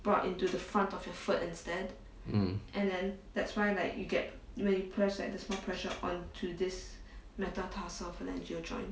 mmhmm